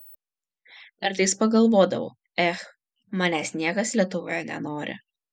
kartais pagalvodavau ech manęs niekas lietuvoje nenori